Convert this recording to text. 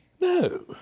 No